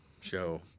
show